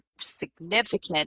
significant